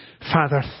Father